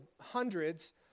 hundreds